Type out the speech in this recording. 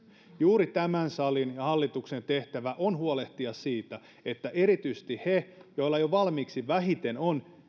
juuri tämän salin ja hallituksen tehtävä on huolehtia siitä että erityisesti heidän joilla jo valmiiksi vähiten on